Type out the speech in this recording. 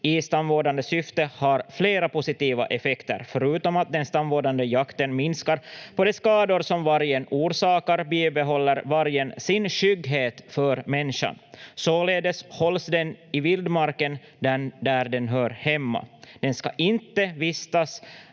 i stamvårdande syfte har flera positiva effekter. Förutom att den stamvårdande jakten minskar skador som vargen orsakar, bibehåller vargen sin skygghet för människan. Således hålls den i vildmarken där den hör hemma. Den ska inte vistas